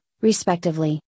respectively